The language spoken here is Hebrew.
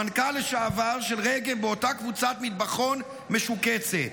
המנכ"ל לשעבר של רגב באותה קבוצת מטבחון משוקצת.